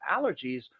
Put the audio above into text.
allergies